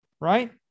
right